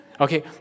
okay